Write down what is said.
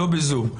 לא בזום,